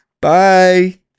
Bye